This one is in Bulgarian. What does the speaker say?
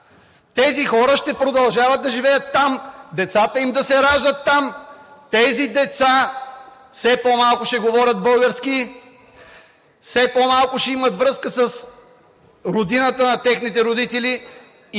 Тези хора ще продължават да живеят там, децата им да се раждат там. Тези деца все по-малко ще говорят български, все по-малко ще имат връзка с родината на техните родители